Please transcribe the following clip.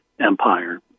empire